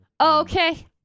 Okay